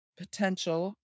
Potential